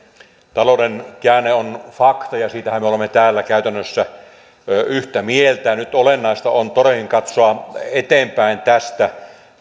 talouden käänne on fakta ja siitähän me olemme täällä käytännössä yhtä mieltä nyt olennaista on todellakin katsoa eteenpäin tästä